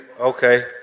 Okay